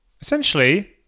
essentially